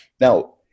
Now